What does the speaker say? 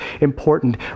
important